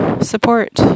support